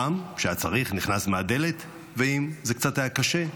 פעם, כשהיה צריך, נכנס מהדלת, ואם זה היה קצת קשה,